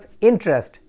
interest